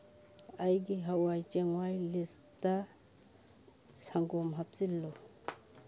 ꯑꯩꯒꯤ ꯍꯋꯥꯏ ꯆꯦꯡꯋꯥꯏ ꯂꯤꯁꯇ ꯁꯪꯒꯣꯝ ꯍꯥꯞꯆꯤꯜꯂꯨ